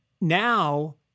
now